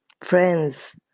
friends